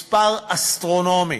מספר אסטרונומי,